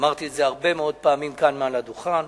אמרתי את זה הרבה מאוד פעמים כאן מעל הדוכן,